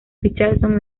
richardson